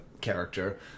character